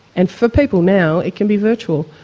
and for people now it can be virtual,